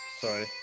sorry